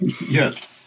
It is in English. Yes